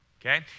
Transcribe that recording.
Okay